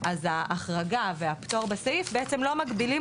אז ההחרגה והפטור בסעיף אינם מגבילים